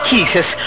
Jesus